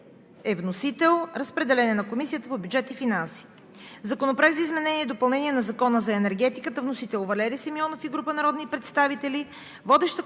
одитори. Разпределен е на Комисията по бюджет и финанси. Законопроект за изменение и допълнение на Закона за енергетиката. Вносител е Валери Симеонов и група народни представители. Водеща